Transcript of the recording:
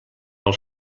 pel